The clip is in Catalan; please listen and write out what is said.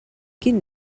quin